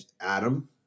Adam